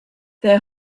their